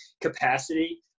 capacity